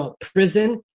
prison